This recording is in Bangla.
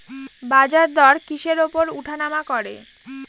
বাজারদর কিসের উপর উঠানামা করে?